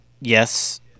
Yes